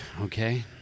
okay